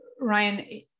Ryan